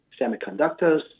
semiconductors